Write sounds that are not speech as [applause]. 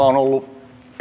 [unintelligible] on ollut